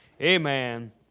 amen